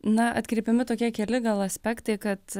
na atkreipiami tokie keli gal aspektai kad